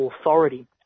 authority